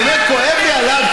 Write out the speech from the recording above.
באמת כואב לי עליו,